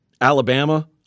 Alabama